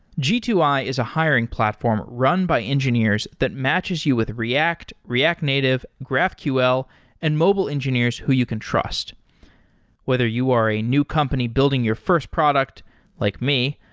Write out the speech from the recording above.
g two i is a hiring platform run by engineers that matches you with react, react native, graphql and mobile engineers who you can trust whether you are a new company building your first product like me,